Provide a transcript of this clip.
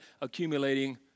Accumulating